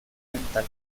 mental